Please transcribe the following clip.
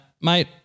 Mate